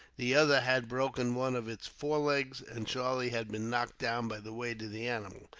the other had broken one of its forelegs, and charlie had been knocked down by the weight of the animal,